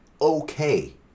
okay